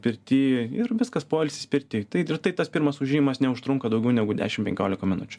pirty ir viskas poilsis pirty tai ir tai tas pirmas užėjimas neužtrunka daugiau negu dešim penkiolika minučių